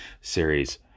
series